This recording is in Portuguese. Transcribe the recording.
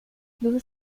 duas